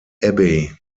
abbey